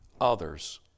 others